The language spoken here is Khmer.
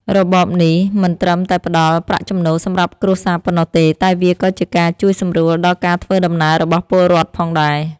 របរនេះមិនត្រឹមតែផ្ដល់ប្រាក់ចំណូលសម្រាប់គ្រួសារប៉ុណ្ណោះទេតែវាក៏ជាការជួយសម្រួលដល់ការធ្វើដំណើររបស់ពលរដ្ឋផងដែរ។